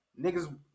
Niggas